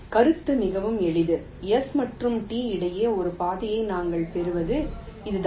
கருத்து மிகவும் எளிது S மற்றும் T இடையே ஒரு பாதையை நாங்கள் பெறுவது இதுதான்